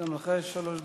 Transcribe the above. גם לך יש שלוש דקות.